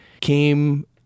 came